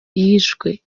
yishwe